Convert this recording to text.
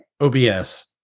OBS